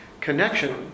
connection